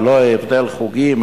ללא הבדל חוגים,